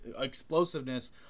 explosiveness